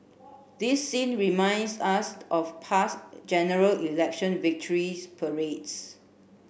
this scene reminds us of past General Election victory parades